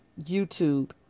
YouTube